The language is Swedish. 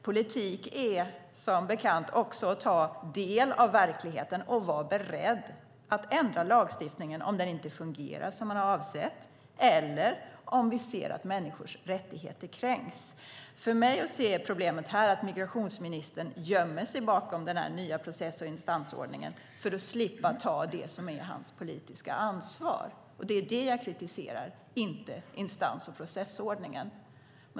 Politik är som bekant också att ta del av verkligheten och att vara beredd att ändra lagstiftningen om den inte fungerar som vi har avsett eller om vi ser att människors rättigheter kränks. För mig är problemet att migrationsministern gömmer sig bakom den nya instans och processordningen för att slippa ta det som är hans politiska ansvar. Det är det jag kritiserar, inte instans och processordningen.